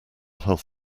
health